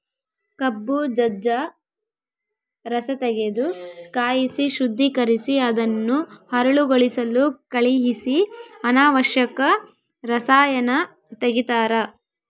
ಕಬ್ಬು ಜಜ್ಜ ರಸತೆಗೆದು ಕಾಯಿಸಿ ಶುದ್ದೀಕರಿಸಿ ಅದನ್ನು ಹರಳುಗೊಳಿಸಲು ಕಳಿಹಿಸಿ ಅನಾವಶ್ಯಕ ರಸಾಯನ ತೆಗಿತಾರ